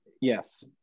yes